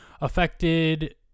affected